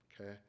Okay